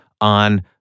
on